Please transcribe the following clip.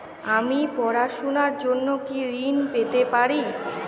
আমি পড়াশুনার জন্য কি ঋন পেতে পারি?